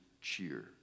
cheer